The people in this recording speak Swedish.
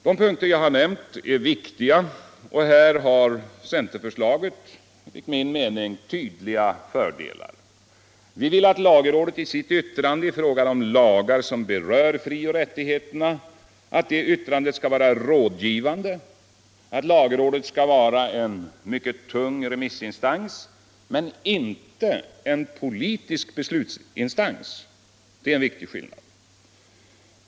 De punkter som jag har nämnt är viktiga, och här har centerförslaget enligt min mening tydliga fördelar. Vi vill att lagrådet i sitt yttrande i fråga om lagar som berör frioch rättigheterna skall vara rådgivande, att lagrådet skall vara en mycket tung remissinstans, men däremot inte en politisk beslutsinstans — det är en viktig skillnad.